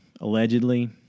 allegedly